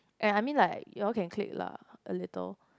ya I mean like y'all can click lah a little